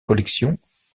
collections